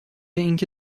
اینکه